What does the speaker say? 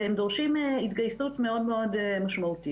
והם דורשים התגייסות מאוד מאוד משמעותית.